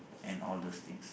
and all those things